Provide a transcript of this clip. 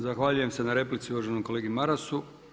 Zahvaljujem se na replici uvaženom kolegi Marasu.